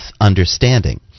understanding